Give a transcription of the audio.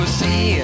see